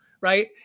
right